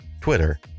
Twitter